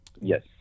yes